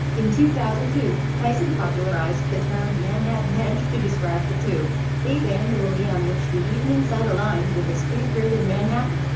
in two thousand and two, tyson popularized the term manhattanhenge to describe the two days annually on which the evening sun aligns with the street grid in manhattan,